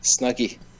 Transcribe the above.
snuggie